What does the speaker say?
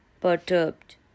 perturbed